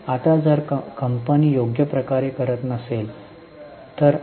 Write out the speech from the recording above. आता जर कंपनी योग्य प्रकारे करत नसेल तर